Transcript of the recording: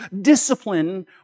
discipline